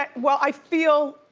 ah well, i feel